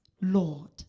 Lord